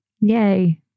Yay